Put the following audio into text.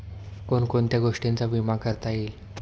कोण कोणत्या गोष्टींचा विमा करता येईल?